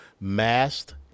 masked